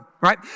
right